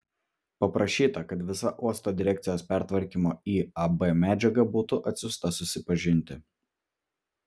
paprašyta kad visa uosto direkcijos pertvarkymo į ab medžiaga būtų atsiųsta susipažinti